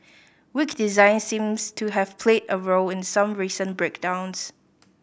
weak design seems to have played a role in some recent breakdowns